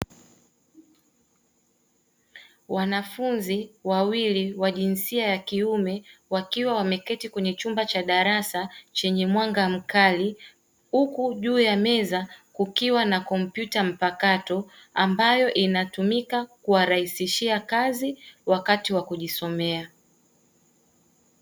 Wanafunzi wawili wa jinsia ya kiume wakiwa wameketi kwenye chumba cha darasa chenye mwanga mkali huku juu ya meza kukiwa na kompyuta mpakato ambayo inatumika kuwarahisishia kazi wakati wa kujisomea.